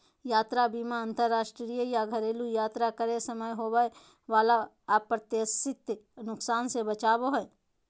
यात्रा बीमा अंतरराष्ट्रीय या घरेलू यात्रा करे समय होबय वला अप्रत्याशित नुकसान से बचाबो हय